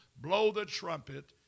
blow-the-trumpet